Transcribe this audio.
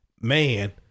man